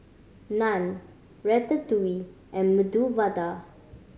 Naan Ratatouille and Medu Vada